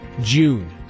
June